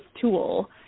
tool